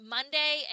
Monday